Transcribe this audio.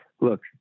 look